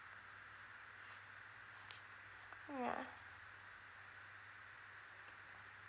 ya